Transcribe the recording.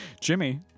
Jimmy